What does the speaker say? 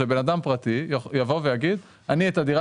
שבן אם פרטי יבוא ויגיד אני את הדירה